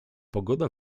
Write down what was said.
pogoda